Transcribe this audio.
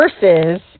versus